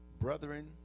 Brethren